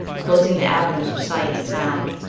closing the avenues of sight and sound,